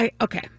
Okay